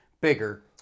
bigger